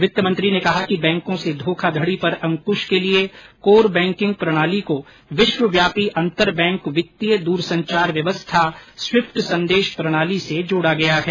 वित्त मंत्री ने कहा कि बैंको से धोखाधड़ी पर अंकुश के लिए कोर बैंकिंग प्रणाली को विश्वव्यापी अंतरबैंक वित्तीय दूरसंचार व्यवस्था स्विफ्ट संदेश प्रणाली से जोड़ा गया है